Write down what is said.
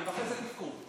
ואחרי זה תבכו.